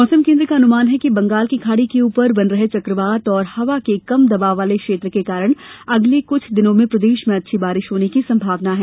मौसम केन्द्र का अनुमान है कि बंगाल की खाड़ी के ऊपर बन रहे चक्रवात और हवा के कम दबाव वाले क्षेत्र के कारण अगले कुछ दिनों में प्रदेश में अच्छी बारिश होने की संभावना है